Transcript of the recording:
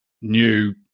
new